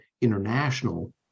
international